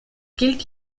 gilt